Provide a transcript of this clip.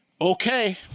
Okay